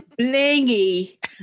blingy